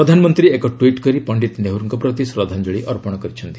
ପ୍ରଧାନମନ୍ତ୍ରୀ ଏକ ଟ୍ୱିଟ୍ କରି ପଣ୍ଡିତ ନେହେରୁଙ୍କ ପ୍ରତି ଶ୍ରଦ୍ଧାଞ୍ଜଳି ଅର୍ପଣ କରିଛନ୍ତି